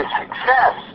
success